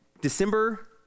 December